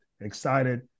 excited